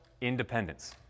independence